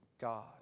God